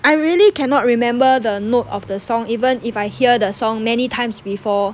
I really cannot remember the note of the song even if I hear the song many times before